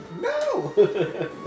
No